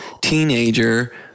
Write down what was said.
teenager